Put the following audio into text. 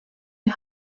bir